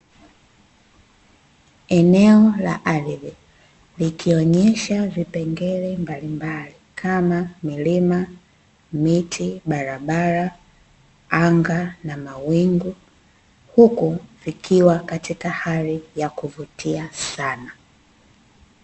Eneo la ardhi, likionyesha vipengele mbalimbali kama; milima, miti, barabara, anga na mawingu huku vikiwa katika hali ya kuvutia sana.